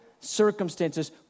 circumstances